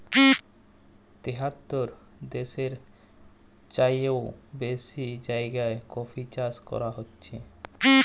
তিয়াত্তর দ্যাশের চাইয়েও বেশি জায়গায় কফি চাষ ক্যরা হছে